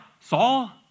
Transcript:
Saul